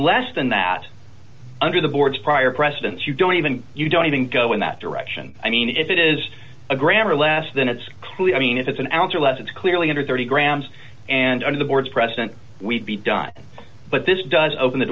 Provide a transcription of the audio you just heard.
less than that under the board's prior precedence you don't even you don't even go in that direction i mean if it is a gram or less than it's clean if it's an ounce or less it's clearly under thirty grams and under the board's president we'd be done but this does open the